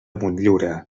motllura